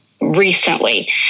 recently